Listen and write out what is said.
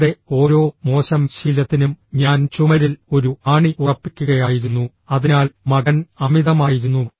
നിങ്ങളുടെ ഓരോ മോശം ശീലത്തിനും ഞാൻ ചുമരിൽ ഒരു ആണി ഉറപ്പിക്കുകയായിരുന്നു അതിനാൽ മകൻ അമിതമായിരുന്നു